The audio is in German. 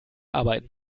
arbeiten